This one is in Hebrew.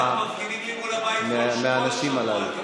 מהאנשים הללו.